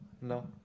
no